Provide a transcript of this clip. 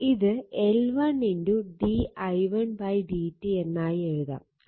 ഇത് L1 d i1 dt എന്നായി എഴുതാം